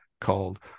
called